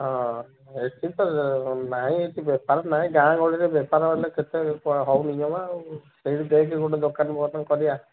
ହଁ ଏଠି ତ ନାଇଁ ଏଠି ବେପାର ନାହିଁ ଗାଁ ଗହଳିରେ ବେପାର ହେଲେ କେତେ ହେଉନି ଯମା ଆଉ ସେଇଠି ଦେଖେ ଗୋଟେ ଦୋକାନ ବୋକାନ କରିବା